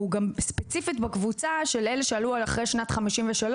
הוא ספציפית בקבוצה של אלה שעלו אחרי שנת 1953,